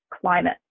climate